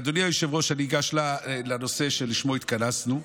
אדוני היושב-ראש, אני אגש לנושא שלשמו התכנסנו.